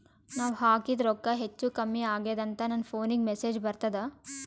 ನಾವ ಹಾಕಿದ ರೊಕ್ಕ ಹೆಚ್ಚು, ಕಮ್ಮಿ ಆಗೆದ ಅಂತ ನನ ಫೋನಿಗ ಮೆಸೇಜ್ ಬರ್ತದ?